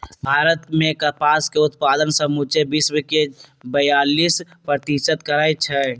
भारत मे कपास के उत्पादन समुचे विश्वके बेयालीस प्रतिशत करै छै